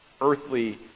earthly